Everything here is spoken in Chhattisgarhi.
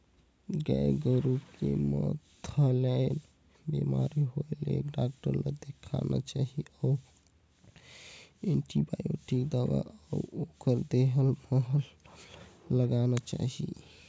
गाय गोरु के म थनैल बेमारी होय ले डॉक्टर ल देखाना चाही अउ एंटीबायोटिक दवा अउ ओखर देहल मलहम ल लगाना चाही